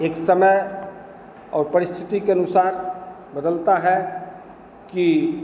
एक समय और परिस्थिति के अनुसार बदलता है कि